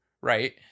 right